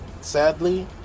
Sadly